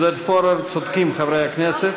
אדוני היושב-ראש.